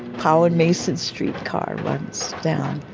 powell-mason streetcar runs down,